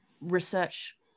research